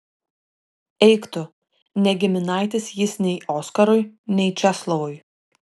eik tu ne giminaitis jis nei oskarui nei česlovui